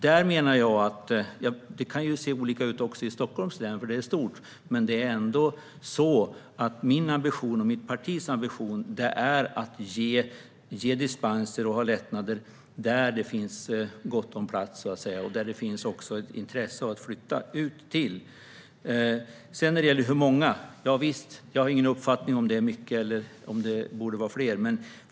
Det kan se olika ut även i Stockholms län eftersom det är stort. Men min och mitt partis ambition är ändå att ge dispenser och lättnader där det finns gott om plats och dit det finns intresse att flytta. När det gäller hur många har jag ingen uppfattning om det är många eller om det borde vara fler.